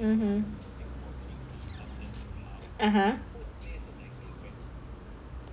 mmhmm (uh huh)